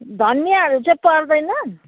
धनियाहरू चाहिँ पर्दैन